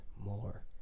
more